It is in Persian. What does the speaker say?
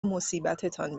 مصیبتتان